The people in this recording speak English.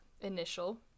initial